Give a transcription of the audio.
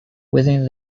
within